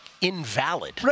invalid